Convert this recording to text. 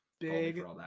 big